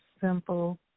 simple